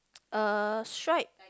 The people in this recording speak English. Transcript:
uh stripe